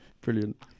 Brilliant